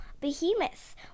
Behemoth